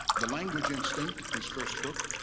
the language instinct, his first book,